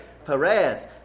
Perez